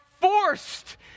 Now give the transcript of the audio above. forced